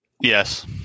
Yes